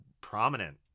prominent